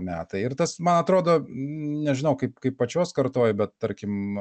metai ir tas man atrodo nežinau kaip kaip pačios kartoj bet tarkim